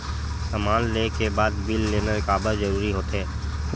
समान ले के बाद बिल लेना काबर जरूरी होथे?